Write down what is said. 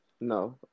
No